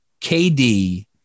KD